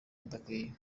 adakwiye